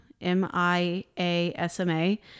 m-i-a-s-m-a